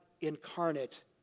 incarnate